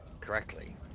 correctly